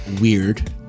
weird